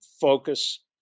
focus